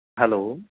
hello